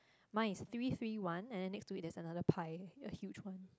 mine is three three one and then next to it there is another pie the huge one